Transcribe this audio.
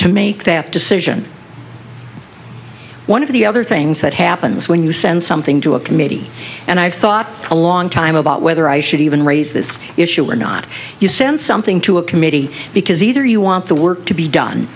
to make that decision one of the other things that happens when you send something to a committee and i've thought a long time about whether i should even raise this issue or not you send something to a committee because either you want the work to be done